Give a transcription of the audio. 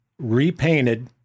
repainted